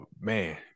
Man